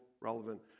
relevant